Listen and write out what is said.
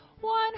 One